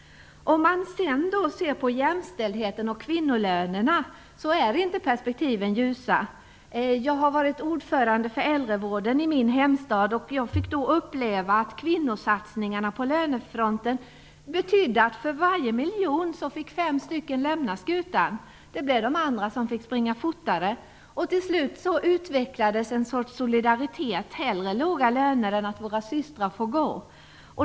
Om man ser på jämställdheten och kvinnolönerna är perspektiven inte ljusa. Jag har varit ordförande för äldrevården i min hemstad och fick då uppleva att kvinnosatsningarna på lönefronten betydde att för varje miljon fick fem stycken lämna skutan. Det blev de andra som fick springa fortare. Till slut utvecklades en sorts solidaritet - hellre låga löner än att våra systrar får gå.